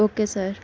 okay sir